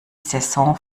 saison